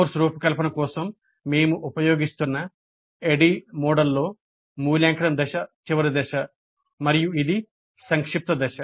course రూపకల్పన కోసం మేము ఉపయోగిస్తున్న ADDIE మోడల్లో మూల్యాంకనం దశ చివరి దశ మరియు ఇది సంక్షిప్త దశ